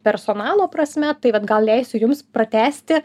personalo prasme tai vat gal leisiu jums pratęsti